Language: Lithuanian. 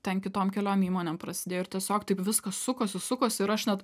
ten kitom keliom įmonėm prasidėjo ir tiesiog taip viskas sukosi sukosi ir aš net